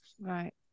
Right